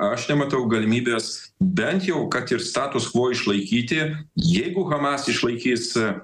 aš nematau galimybės bent jau kad ir status quo išlaikyti jeigu hamas išlaikys